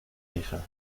hija